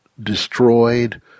destroyed